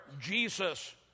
Jesus